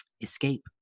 escape